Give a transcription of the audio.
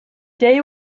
day